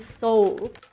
soul